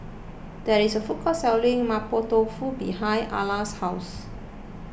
there is a food court selling Mapo Tofu behind Arla's house